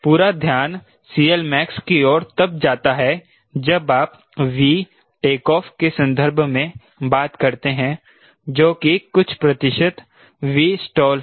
पूरा ध्यान CLmax की ओर तब जाता है जब आप V टेकऑफ के संदर्भ में बात करते हैं जो कि कुछ प्रतिशत 𝑉stall है